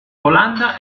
olanda